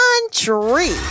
country